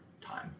time